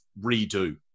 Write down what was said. redo